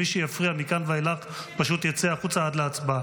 מי שיפריע מכאן ואילך פשוט יצא החוצה עד להצבעה.